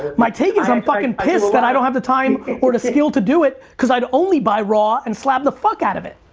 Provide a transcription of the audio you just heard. my take is i'm fucking pissed that i don't have the time or the skill to do it cause i'd only buy raw and slab the fuck out of it.